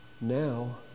now